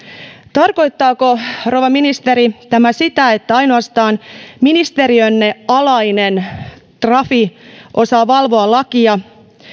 tarkoittaako rouva ministeri tämä sitä että ainoastaan ministeriönne alainen trafi osaa valvoa lakia